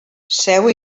seu